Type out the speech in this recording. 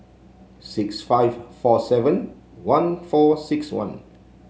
six five four seven one four six one